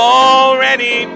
already